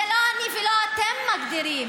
זה לא אני ולא אתם מגדירים,